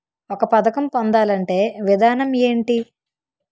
ఒక పథకం పొందాలంటే విధానం ఏంటి?